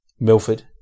Milford